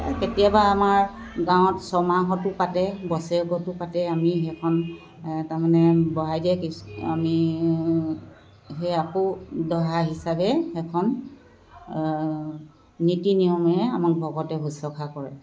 এই কেতিয়াবা আমাৰ গাঁৱত ছমাহতো পাতে বছেৰেকতো পাতে আমি সেইখন তাৰমানে বঢ়াই দিয়ে আমি সেই আকৌ দহা হিচাপে সেইখন নীতি নিয়মেৰে আমাক ভকতে শুশ্ৰূষা কৰে